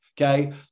Okay